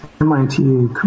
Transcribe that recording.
MIT